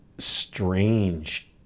strange